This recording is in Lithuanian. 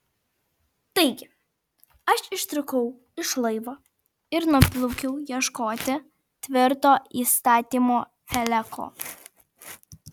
taigi aš ištrūkau iš laivo ir nuplaukiau ieškoti tvirto įstatymo peleko